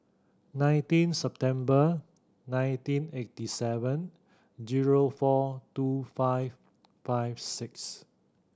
nineteen September nineteen eighty seven zero four two five five six